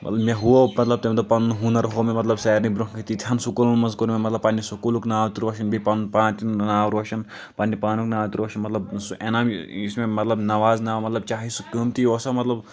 مےٚ ہوو مطلب تَمہِ دۄہ پنُن ہُنَر ہوو مےٚ مطلب سارِنٕے برونٛٹھٕ کَنہِ تیٖتیا ہَن سٔکوٗلَن منٛز کوٚر مےٚ مطلب پنٛنہِ سٔکوٗلُک ناو تہِ روشن بیٚیہِ پنُن پان تہِ ناو روشَن پنٛنہِ پانُک ناو تہِ روشَن مطلب سُہ انعام یُس مےٚ مطلب نوازنہٕ آو مطلب چاہے سُہ قۭمتی اوسا مطلب